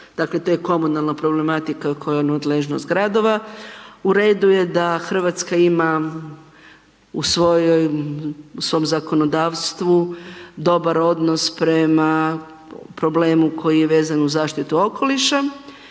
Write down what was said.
dakle, to je komunalna problematika koja je nadležnost gradova, u redu je da RH ima u svom zakonodavstvu dobar odnos prema problemu koji je vezan uz zaštitu okoliša